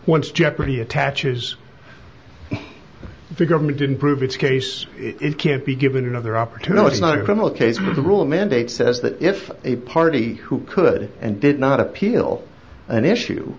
once jeopardy attaches the government didn't prove its case it can't be given another opportunity not a criminal case with the rule of mandate says that if a party who could and did not appeal an issue